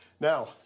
Now